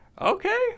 Okay